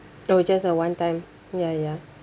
oh just a one time ya ya